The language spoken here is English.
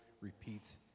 repeats